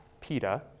PETA